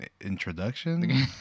introduction